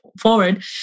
forward